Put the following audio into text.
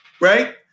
Right